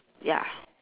ya